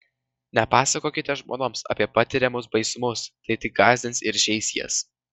nepasakokite žmonoms apie patiriamus baisumus tai tik gąsdins ir žeis jas